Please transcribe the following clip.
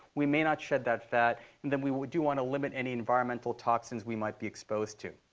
we may not shed that fat. and then we we do want to limit any environmental toxins we might be exposed to.